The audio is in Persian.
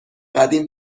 قدیم